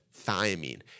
thiamine